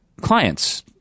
clients